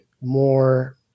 more